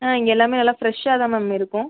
ஆ இங்கே எல்லாமே நல்லா ஃப்ரெஷ்ஷாக தான் மேம் இருக்கும்